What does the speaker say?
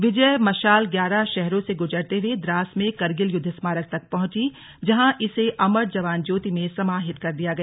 विजय मशाल ग्यारह शहरों से गुजरते हुए द्रास में करगिल युद्ध स्मारक तक पहुंची जहां इसे अमर जवान ज्योति में समाहित कर दिया गया